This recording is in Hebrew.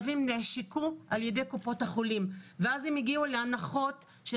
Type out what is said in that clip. נעשקו על ידי קופות החולים ואז הם הגיעו להנחות של